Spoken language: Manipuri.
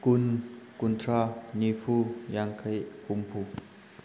ꯀꯨꯟ ꯀꯨꯟꯊ꯭ꯔꯥ ꯅꯤꯐꯨ ꯌꯥꯡꯈꯩ ꯍꯨꯝꯐꯨ